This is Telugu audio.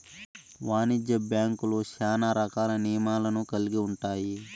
వాణిజ్య బ్యాంక్యులు శ్యానా రకాల నియమాలను కల్గి ఉంటాయి